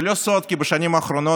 זה לא סוד כי בשנים האחרונות,